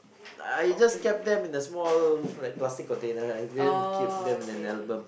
I just kept them in a small like plastic container I didn't keep them in an album